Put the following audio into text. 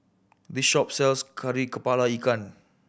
this shop sells Kari Kepala Ikan